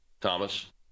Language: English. Thomas